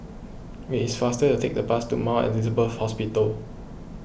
it is faster to take the bus to Mount Elizabeth Hospital